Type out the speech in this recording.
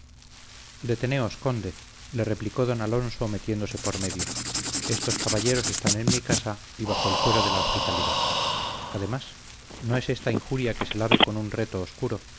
deteneos conde le replicó don alonso metiéndose por medio estos caballeros están en mi casa y bajo el fuero de la hospitalidad además no es esta injuria que se lave con un reto oscuro